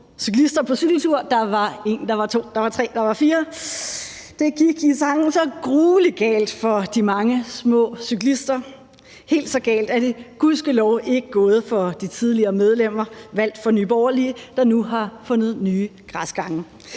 cyklister på cykeltur: »Der var en, der var to, der var tre, der var fire ...« Det gik i sangen så gruelig galt for de mange små cyklister. Helt så galt er det gudskelov ikke gået for de tidligere medlemmer valgt for Nye Borgerlige, der nu har fundet nye græsgange.